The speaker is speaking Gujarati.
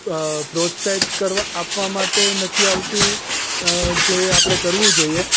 તો પ્રોત્સાહિત કરવા આપવા માટે નથી આવતું જે આપણે કરવું જોઈએ